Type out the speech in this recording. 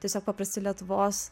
tiesiog paprasti lietuvos